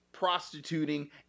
prostituting